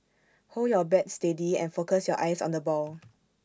hold your bat steady and focus your eyes on the ball